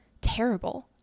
terrible